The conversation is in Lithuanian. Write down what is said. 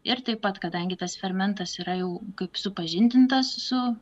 ir taip pat kadangi tas fermentas yra jau kaip supažindintas su